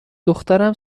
دخترم